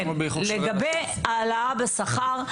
כן, לגבי העלאה בשכר,